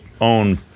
own